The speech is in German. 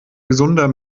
gesunder